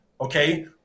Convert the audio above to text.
okay